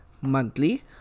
monthly